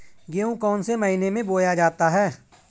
गेहूँ कौन से महीने में बोया जाता है?